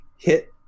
hit